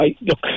look